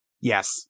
Yes